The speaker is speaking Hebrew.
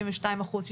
72 אחוזים,